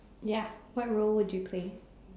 ya what role would you play